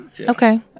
Okay